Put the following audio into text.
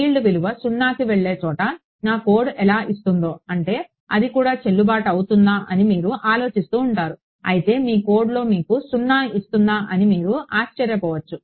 field విలువ 0కి వెళ్లే చోట నా కోడ్ ఎలా ఇస్తుందో అంటే అది కూడా చెల్లుబాటవుతుందా అని మీరు ఆలోచిస్తూ ఉంటారు అయితే మీ కోడ్లో మీకు 0 ఇస్తుందా అని మీరు ఆశ్చర్యపోవచ్చు